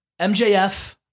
MJF